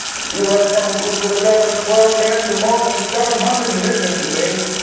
grew up from a group of eleven or twelve men to more than seven hundred million today.